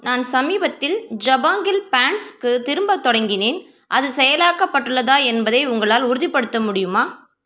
நான் சமீபத்தில் ஜபாங்கில் பேண்ட்ஸ்க்கு திரும்பத் தொடங்கினேன் அது செயலாக்கப்பட்டுள்ளதா என்பதை உங்களால் உறுதிப்படுத்த முடியுமா